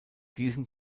diesen